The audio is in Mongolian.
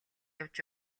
явж